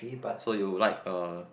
so you like uh